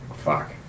fuck